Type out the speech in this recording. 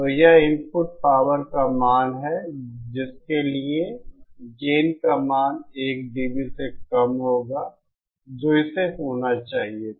तो यह input power का मान है जिसके लिए गेन का मान 1 dB से कम होगा जो इसे होना चाहिए था